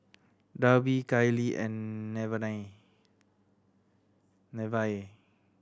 Darby Kailey and Nevaeh